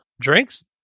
Drinks